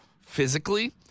physically